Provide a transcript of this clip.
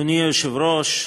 אדוני היושב-ראש,